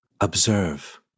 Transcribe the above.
Observe